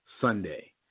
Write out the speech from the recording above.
Sunday